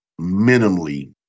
minimally